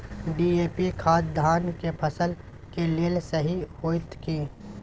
DAP खाद धान के फसल के लेल सही होतय की?